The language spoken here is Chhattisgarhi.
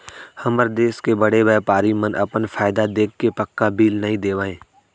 हमर देस के बड़े बैपारी मन अपन फायदा देखके पक्का बिल नइ देवय